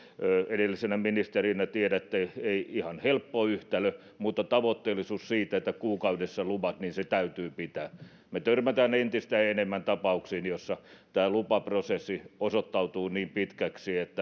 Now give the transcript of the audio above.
edellisenä ministerinä tiedätte että ei ihan helppo yhtälö mutta tavoitteellisuus siitä että kuukaudessa luvat täytyy pitää me törmäämme entistä enemmän tapauksiin joissa lupaprosessi osoittautuu niin pitkäksi että